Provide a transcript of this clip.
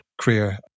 career